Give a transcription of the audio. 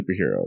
superheroes